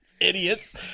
Idiots